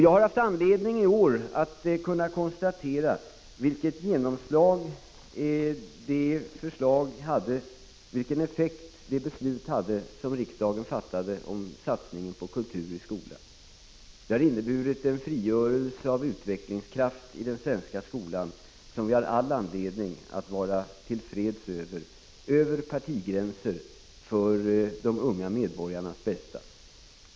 Jag har haft anledning i år att konstatera vilken effekt det beslut hade som riksdagen fattade om satsningen på kultur i skolan. Det har inneburit en frigörelse av utvecklingskraft i den svenska skolan, någonting som vi har all anledning att vara till freds med över partigränserna för de unga medborgarnas bästa.